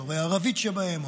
דוברי הערבית שבהם,